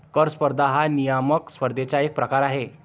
कर स्पर्धा हा नियामक स्पर्धेचा एक प्रकार आहे